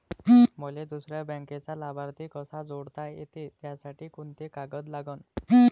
मले दुसऱ्या बँकेचा लाभार्थी कसा जोडता येते, त्यासाठी कोंते कागद लागन?